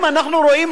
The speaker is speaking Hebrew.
שבו אנחנו רואים,